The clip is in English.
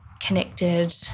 connected